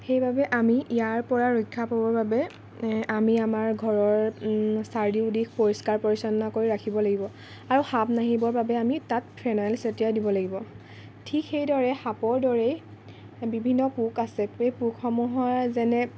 সেইবাবে আমি ইয়াৰ পৰা ৰক্ষা পাবৰ বাবে আমি আমাৰ ঘৰৰ চাৰিওদিশ পৰিষ্কাৰ পৰিচ্ছন্ন কৰি ৰাখিব লাগিব আৰু সাপ নাহিবৰ বাবে আমি তাত ফেনাইল চটিয়াই দিব লাগিব ঠিক সেইদৰেই সাপৰ দৰেই বিভিন্ন পোক আছে সেই পোকসমূহ যেনে